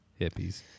Hippies